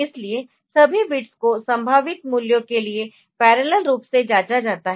इसलिए सभी बिट्स को संभावित मूल्यों के लिए पैरेलल रूप से जांचा जाता है